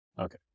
Okay